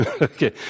Okay